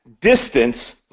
distance